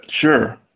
sure